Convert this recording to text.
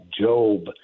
Job